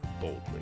boldly